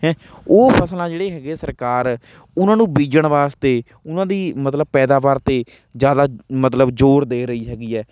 ਹੈਂਅ ਉਹ ਫ਼ਸਲਾਂ ਜਿਹੜੇ ਹੈਗੀ ਸਰਕਾਰ ਉਨ੍ਹਾਂ ਨੂੰ ਬੀਜਣ ਵਾਸਤੇ ਉਨ੍ਹਾਂ ਦੀ ਮਤਲਬ ਪੈਦਾਵਾਰ 'ਤੇ ਜ਼ਿਆਦਾ ਮਤਲਬ ਜ਼ੋਰ ਦੇ ਰਹੀ ਹੈਗੀ ਹੈ